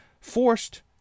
forced